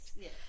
yes